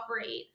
operate